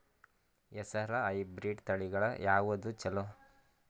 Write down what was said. ಹೆಸರ ಹೈಬ್ರಿಡ್ ತಳಿಗಳ ಯಾವದು ಚಲೋ?